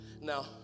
Now